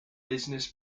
business